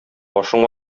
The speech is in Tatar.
башың